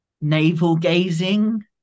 navel-gazing